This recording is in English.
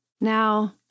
Now